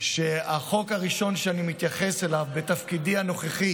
שהחוק הראשון שאני מתייחס אליו בתפקידי הנוכחי